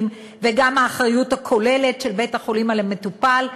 וגם האחריות הכוללת של בית-החולים למטופל,